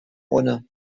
ohne